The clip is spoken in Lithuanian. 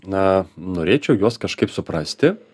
na norėčiau juos kažkaip suprasti